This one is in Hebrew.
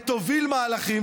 ותוביל מהלכים,